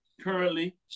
currently